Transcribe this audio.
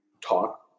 talk